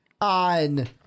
on